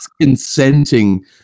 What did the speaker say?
Consenting